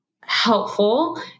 helpful